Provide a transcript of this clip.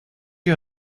you